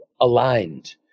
aligned